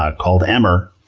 ah called emmer,